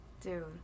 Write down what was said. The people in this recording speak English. Dude